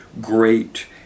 great